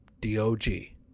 D-O-G